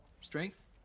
strength